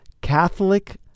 Catholic